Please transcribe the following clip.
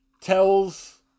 tells